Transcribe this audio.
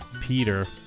Peter